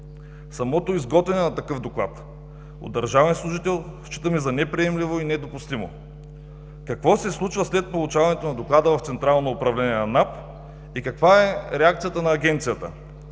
Самото изготвяне на такъв доклад от държавен служител, считаме за неприемливо и недопустимо. Какво се случва след получаването на доклада в Централно управление на НАП и каква е реакцията на Агенцията?